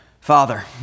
Father